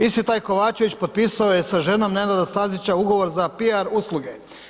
Isti taj Kovačević potpisao je sa ženom Nenada Stazića ugovor za PR usluge.